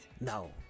No